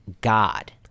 God